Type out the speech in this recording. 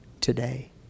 today